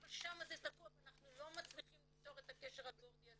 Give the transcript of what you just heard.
אבל שם זה תקוע ואנחנו לא מצליחים לפתור את הקשר הגורדי הזה.